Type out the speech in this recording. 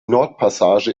nordpassage